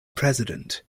president